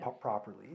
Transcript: properly